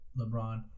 LeBron